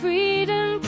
Freedom